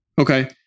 Okay